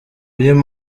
uyu